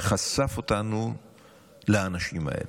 חשף אותנו לאנשים האלה,